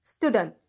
Student